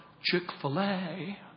Chick-fil-A